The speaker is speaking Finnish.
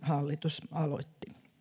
hallitus aloitti